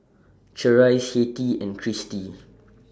Charisse Hettie and Kristi